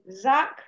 Zach